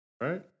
Right